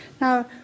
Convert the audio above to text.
Now